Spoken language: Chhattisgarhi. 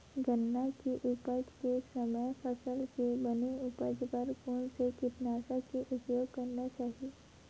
गन्ना के उपज के समय फसल के बने उपज बर कोन से कीटनाशक के उपयोग करना चाहि?